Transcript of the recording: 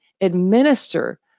administer